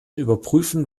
überprüfen